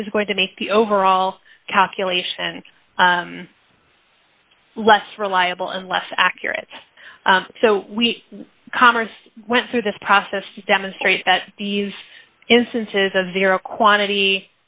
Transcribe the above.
which is going to make the overall calculation less reliable and less accurate so we converse went through this process to demonstrate that these instances of zero quantity